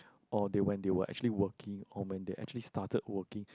or they when they were actually working or when they actually started working